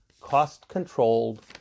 cost-controlled